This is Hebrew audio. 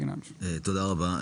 תודה רבה.